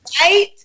Right